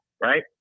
right